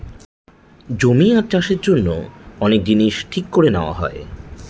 জমি আর চাষের জন্য অনেক জিনিস ঠিক করে নেওয়া হয়